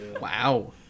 Wow